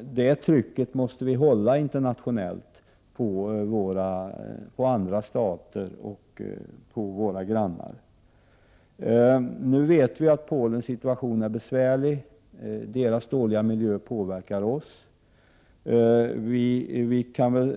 Det trycket måste vi hålla internationellt på andra stater och då även på våra grannar. Nu vet vi att Polens situation är besvärlig och att dess dåliga miljö påverkar vårt land.